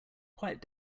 quiet